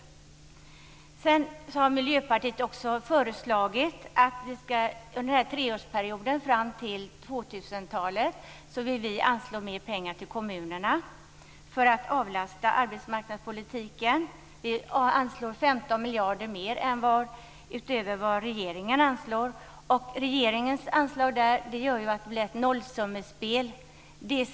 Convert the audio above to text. Sedan vill Miljöpartiet under en treårsperiod fram till 2000-talet också anslå mer pengar till kommunerna för att avlasta arbetsmarknadspolitiken. Vi anslår 15 miljarder utöver vad regeringen anslår. Regeringens anslag gör att det blir ett nollsummespel.